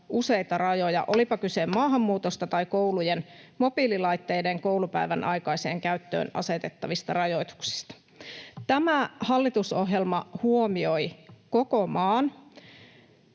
useita rajoja, olipa kyse maahanmuutosta tai koulujen mobiililaitteiden koulupäivän aikaiseen käyttöön asetettavista rajoituksista. Tämä hallitusohjelma huomioi koko maan.